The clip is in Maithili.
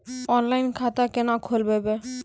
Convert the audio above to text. ऑनलाइन खाता केना खोलभैबै?